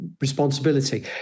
responsibility